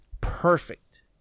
perfect